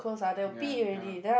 ya ya lah